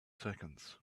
seconds